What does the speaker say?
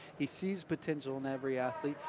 he sees potential in every athlete.